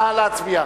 נא להצביע.